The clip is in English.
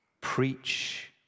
Preach